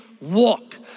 walk